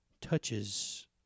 touches